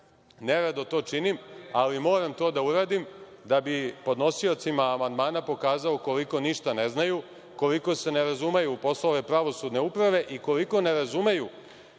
Ne rado to činim, ali moram to da uradim da bi podnosiocima amandmana pokazao koliko ništa ne znaju, koliko se ne razumeju u poslove pravosudne uprave i koliko ne razumeju